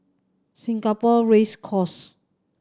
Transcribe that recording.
Singapore Race Course